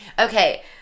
Okay